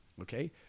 Okay